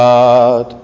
God